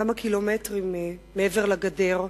כמה קילומטרים מעבר לגדר.